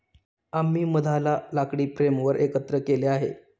आम्ही मधाला लाकडी फ्रेमवर एकत्र केले आहे